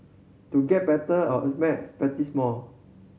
to get better all at maths practise more